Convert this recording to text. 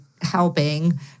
helping